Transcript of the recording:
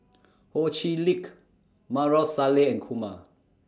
Ho Chee Lick Maarof Salleh and Kumar